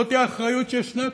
זאת האחריות שישנה כאן.